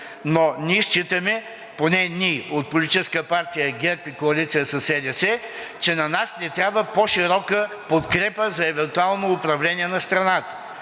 но считаме, поне ние от Политическа партия ГЕРБ в коалиция със СДС, че на нас ни трябва по-широка подкрепа за евентуално управление на страната.